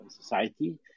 Society